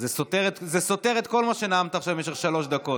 אז זה סותר את כל מה שנאמת עכשיו במשך שלוש דקות.